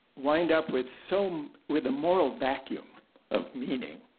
wind up with so um with a moral vacuum of meaning.